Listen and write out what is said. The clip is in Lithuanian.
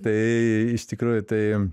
tai iš tikrųjų tai